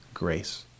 grace